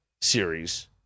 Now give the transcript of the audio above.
series